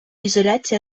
ізоляція